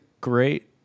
great